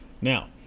now